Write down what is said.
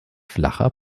flacher